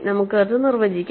നമുക്ക് അത് നിർവചിക്കാം